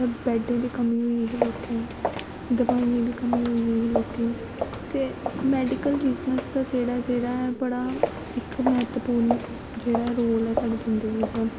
उत्थें बैडें दी कमी होई गेई ही लोकें दवाईयें दी कमी होई गेई ही लोकें ते मैडिकल बिजनस दा ऐ जेह्ड़ा जेह्ड़ा इक मैह्त्वपूर्ण जेह्ड़ा रोल ऐ साढ़ी जिंदगी च